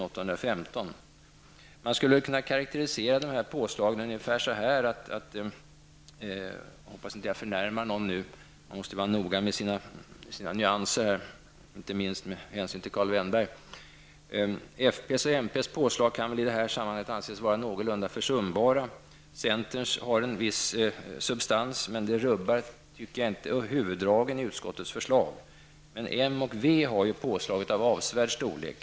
Man skulle kunna karakterisera dessa påslag på följande sätt. Jag hoppas att jag i och med detta inte förnärmar någon. Man måste vara noga med nyanserna, inte minst med hänsyn till Karl Vennberg. Folkpartiets och miljöpartiets påslag kan väl i detta sammanhang anses vara någorlunda försumbara. Centerns har en viss substans, men det rubbar enligt min mening inte huvuddragen i utskottets förslag. Moderaterna och vänsterpartiet kan däremot sägas ha påslag av avsevärd storlek.